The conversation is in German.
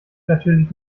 natürlich